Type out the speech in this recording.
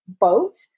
boat